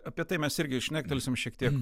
apie tai mes irgi šnektelsim šiek tiek